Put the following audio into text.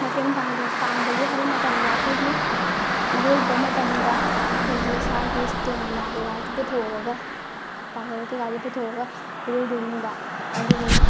ꯃꯇꯦꯡ ꯄꯥꯡꯕꯒꯦ ꯍꯥꯏꯕ ꯃꯇꯝꯗ ꯑꯩꯈꯣꯏꯒꯤ ꯏꯔꯣꯏꯕ ꯃꯇꯝꯗ ꯑꯩꯈꯣꯏꯒꯤ ꯏꯁꯥꯒꯤ ꯏꯁꯇꯦꯃꯤꯅꯥ ꯀꯩꯀꯥꯁꯤ ꯄꯨꯊꯣꯛꯂꯒ ꯄꯥꯡꯒꯜ ꯀꯩꯀꯥꯁꯤ ꯄꯨꯊꯣꯛꯂꯒ ꯏꯔꯣꯏꯗꯣꯏꯅꯦꯕ ꯑꯗꯨꯗꯨꯅ